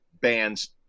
bands